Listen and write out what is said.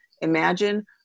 imagine